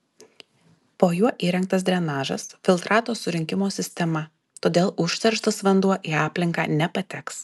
po juo įrengtas drenažas filtrato surinkimo sistema todėl užterštas vanduo į aplinką nepateks